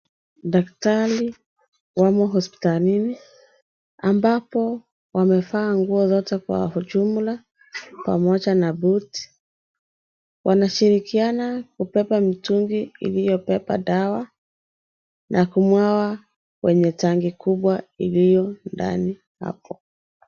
Daktari wamo hospitalini ambapo wamevaa nguo zote kwa ujumla pamoja na buti. Wanashirikiana kubeba mitungi iliyobeba dawa, na kumwaga kwenye tangi kubwa iliyo ndani hapo.